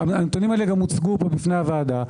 והנתונים האלה גם הוצגו פה בפני הוועדה.